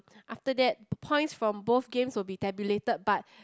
after that the points from both games will be tabulated but